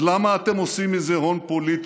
אז למה אתם עושים מזה הון פוליטי?